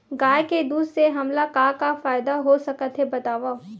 गाय के दूध से हमला का का फ़ायदा हो सकत हे बतावव?